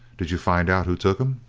did you find out who took em?